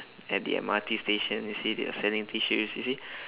at the M_R_T station you see they are selling tissues you see